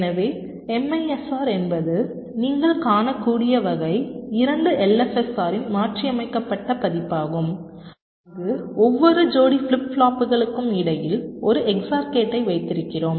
எனவே MISR என்பது நீங்கள் காணக்கூடிய வகை 2 எல்எஃப்எஸ்ஆரின் மாற்றியமைக்கப்பட்ட பதிப்பாகும் அங்கு ஒவ்வொரு ஜோடி ஃபிளிப் ஃப்ளாப்புகளுக்கும் இடையில் ஒரு XOR கேட்டை வைத்திருக்கிறோம்